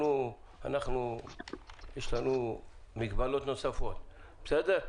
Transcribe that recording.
אנחנו יש לנו מגבלות נוספות, בסדר?